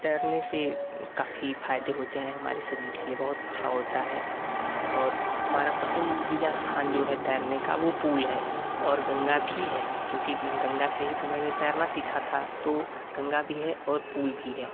तैरने से काफ़ी फायदे होते हैं हमारे शरीर के लिए बहुत अच्छा होता है और हमारा पसंदीदा स्थान जो है तैरने का वो पुल है और गंगा भी है क्योंकि गंगा से ही तो मैंने तैरना सीखा था तो गंगा भी है और पुल भी है